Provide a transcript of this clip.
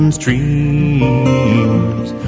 streams